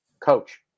coach